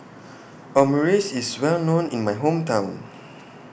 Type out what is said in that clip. Omurice IS Well known in My Hometown